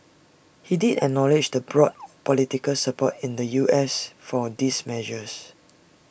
he did acknowledge the broad political support in the U S for these measures